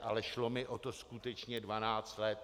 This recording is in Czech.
Ale šlo mi o to skutečně 12 let.